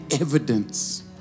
evidence